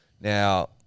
Now